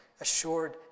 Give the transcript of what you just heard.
assured